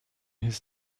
his